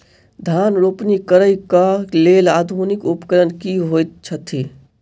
धान रोपनी करै कऽ लेल आधुनिक उपकरण की होइ छथि?